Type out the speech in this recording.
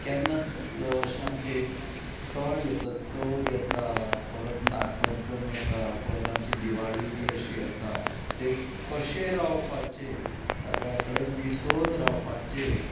केन्ना अशें आमचे हे सण येता चवथ येता परत नागपंचम येता परत आमची दिवाळी बी अशी येता ते कशें रावपाचे सगळ्या कडेन मिसळून रावपाचे